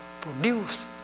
produce